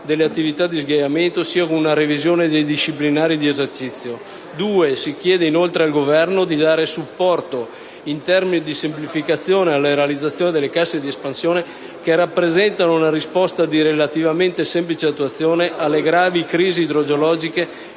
delle attività di sghiaiamento, sia con una revisione dei disciplinari di esercizio. In secondo luogo, si chiede al Governo di dare supporto in termini di semplificazione alla realizzazione delle casse di espansione, che rappresentano una risposta di relativamente semplice attuazione alle gravi crisi idrogeologiche